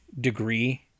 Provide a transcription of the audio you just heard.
degree